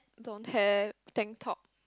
don't have tank top